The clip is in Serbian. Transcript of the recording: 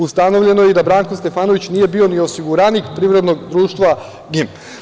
Ustanovljeno je i da Branko Stefanović nije bio ni osiguranik Privrednog društva „GIM“